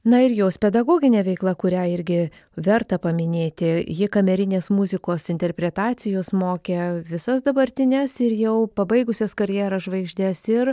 na ir jos pedagoginė veikla kurią irgi verta paminėti ji kamerinės muzikos interpretacijos mokė visas dabartines ir jau pabaigusias karjerą žvaigždes ir